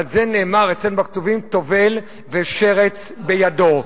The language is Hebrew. על זה נאמר אצלנו בכתובים: טובל ושרץ בידו.